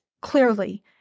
clearly